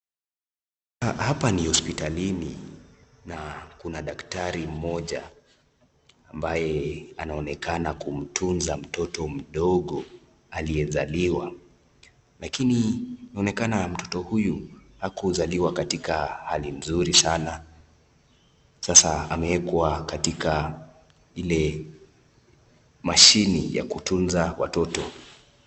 Hapa ni hospitalini , na kuna daktari mmoja ambaye anaonekana kumtunza mtoto mdogo aliyezaliwa, lakini inaonekana mtoto huyu hakuzaliwa katika hali nzuri sana. Sasa amewekwa katika ile mashini ya kutunza watoto.